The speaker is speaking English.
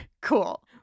Cool